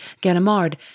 Ganimard